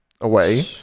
away